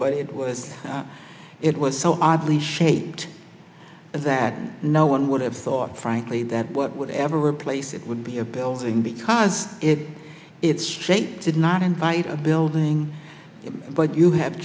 and it was so oddly shaped that no one would have thought frankly that what would ever replace it would be a building because it its shape did not invite a building but you have